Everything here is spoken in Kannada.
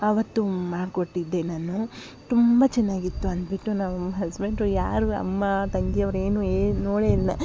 ಆವತ್ತು ಮಾಡಿಕೊಟ್ಟಿದ್ದೆ ನಾನು ತುಂಬಾ ಚೆನ್ನಾಗಿತ್ತು ಅನ್ಬಿಟ್ಟು ನಮ್ಮ ಹಸ್ಬೆಂಡು ಯಾರು ಅಮ್ಮ ತಂಗಿಯವ್ರು ಏನು ಏ ನೋಡೇ ಇಲ್ಲ